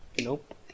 nope